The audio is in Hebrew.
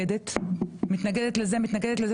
קביעת ועדה לדיון בהצעת חוק-יסוד: הממשלה (תיקון נבצרות ראש